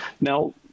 Now